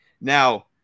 Now